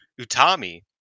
Utami